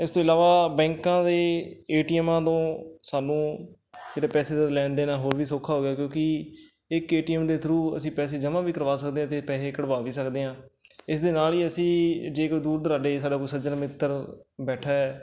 ਇਸ ਤੋਂ ਇਲਾਵਾ ਬੈਂਕਾਂ ਦੇ ਏਟੀਐਮਾਂ ਤੋਂ ਸਾਨੂੰ ਜਿਹੜੇ ਪੈਸੇ ਦਾ ਲੈਣ ਦੇਣ ਹੋਰ ਵੀ ਸੌਖਾ ਹੋ ਗਿਆ ਕਿਉਂਕਿ ਇੱਕ ਏ ਟੀ ਐਮ ਦੇ ਥਰੂ ਅਸੀਂ ਪੈਸੇ ਜਮਾਂ ਵੀ ਕਰਵਾ ਸਕਦੇ ਹਾਂ ਅਤੇ ਪੈਸੇ ਕਢਵਾ ਵੀ ਸਕਦੇ ਹਾਂ ਇਸ ਦੇ ਨਾਲ ਹੀ ਅਸੀਂ ਜੇ ਕੋਈ ਦੂਰ ਦੁਰਾਡੇ ਸਾਡਾ ਕੋਈ ਸੱਜਣ ਮਿੱਤਰ ਬੈਠਾ ਹੈ